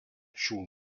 šių